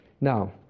Now